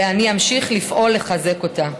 ואמשיך לפעול לחזק אותה.